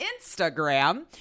instagram